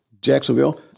Jacksonville